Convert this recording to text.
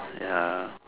ya